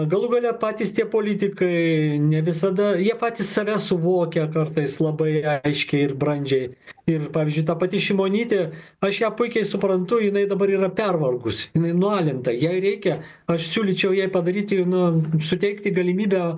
galų gale patys tie politikai ne visada jie patys save suvokia kartais labai aiškiai ir brandžiai ir pavyzdžiui ta pati šimonytė aš ją puikiai suprantu jinai dabar yra pervargus jinai nualinta jai reikia aš siūlyčiau jai padaryti nu suteikti galimybę